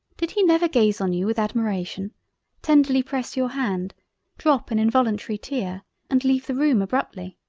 did he never gaze on you with admiration tenderly press your hand drop an involantary tear and leave the room abruptly?